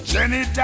Jenny